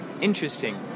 Interesting